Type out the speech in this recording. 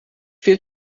fehlt